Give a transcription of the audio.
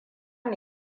mu